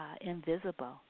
Invisible